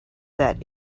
that